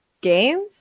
games